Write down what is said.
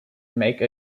make